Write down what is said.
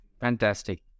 fantastic